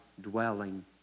dwelling